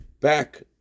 back